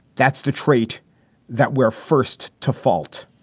that's the trait that we're first to fault